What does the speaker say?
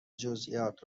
جزئیات